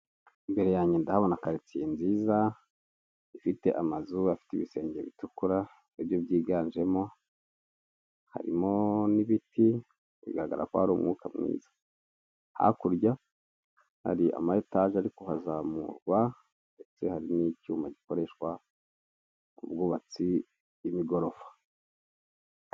Imbere yange ndabona karitsiye nziza ifite amazu afite ibisenge bitukura, ari byo byiganjemo, harimo n'ibiti bigaragara ko hari umwuka mwiza, hakurya hari ama etaje ari kuhazamurwa ndetse hari n'icyuma gikoreshwa mu bwubatsi bw'imigorofa.